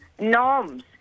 norms